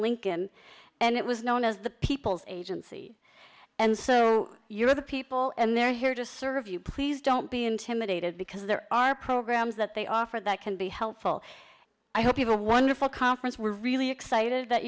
lincoln and it was known as the people's agency and so you are the people and they're here to serve you please don't be intimidated because there are programs that they offer that can be helpful i hope people of wonderful conference were really excited that